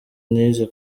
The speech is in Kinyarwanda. nize